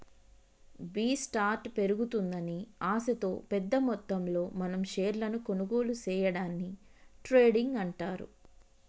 B start పెరుగుతుందని ఆశతో పెద్ద మొత్తంలో మనం షేర్లను కొనుగోలు సేయడాన్ని ట్రేడింగ్ అంటారు